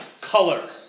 color